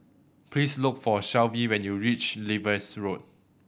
please look for Shelvie when you reach Lewis Road